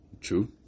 True